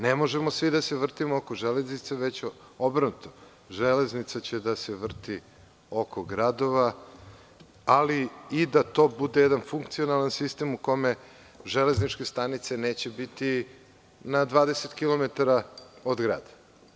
Ne možemo svi da vrtimo oko železnice, već obrnuto, železnica će da se vrti oko gradova, ali i da to bude jedan funkcionalan sistem u kome železničke stanice neće biti na 20 kilometara od grada.